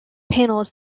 panels